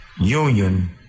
union